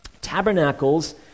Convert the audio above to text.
Tabernacles